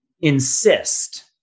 insist